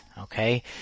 Okay